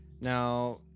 Now